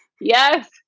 yes